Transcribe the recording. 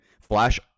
flash